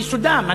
מיסודם,